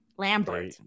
Lambert